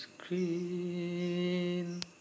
screen